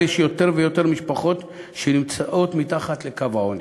יש יותר ויותר משפחות שנמצאות מתחת לקו העוני.